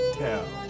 tell